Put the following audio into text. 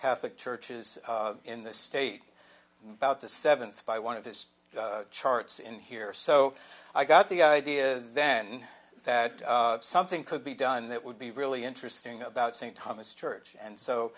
catholic churches in the state about the seventh by one of his charts in here so i got the idea then that something could be done that would be really interesting about st thomas church and so